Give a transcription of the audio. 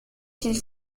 s’il